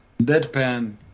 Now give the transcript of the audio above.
deadpan